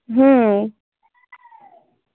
হুম